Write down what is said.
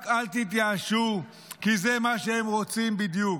רק אל תתייאשו, כי זה מה שהם רוצים בדיוק,